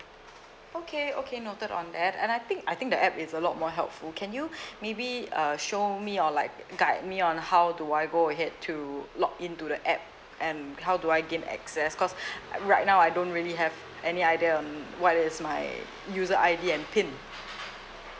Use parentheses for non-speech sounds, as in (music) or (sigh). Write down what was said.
okay okay noted on that and I think I think the app is a lot more helpful can you (breath) maybe uh show me or like guide me on how do I go ahead to log in to the app and how do I gain access cause (breath) right now I don't really have any idea on what is my user I_D and PIN